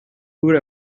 would